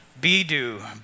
be-do